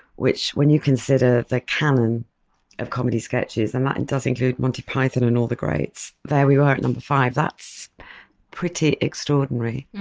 which when you consider the canon of comedy sketches and that and does include monty python and all the greats there we are are at number five, that's pretty extraordinary.